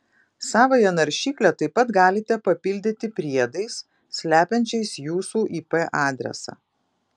savąją naršyklę taip pat galite papildyti priedais slepiančiais jūsų ip adresą